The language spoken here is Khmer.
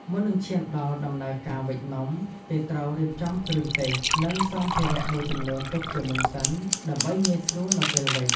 មុននឹងឈានដល់ដំណើរការវេចនំ គេត្រូវរៀបចំគ្រឿងទេស និងសម្ភារមួយចំនួនទុកជាមុនសិន ដើម្បីងាយស្រួលនៅពេលវេច។